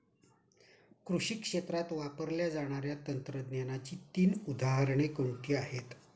कृषी क्षेत्रात वापरल्या जाणाऱ्या तंत्रज्ञानाची तीन उदाहरणे कोणती आहेत?